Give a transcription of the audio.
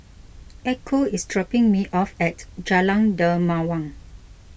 Echo is dropping me off at Jalan Dermawan